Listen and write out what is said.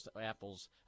apples